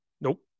Nope